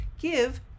Give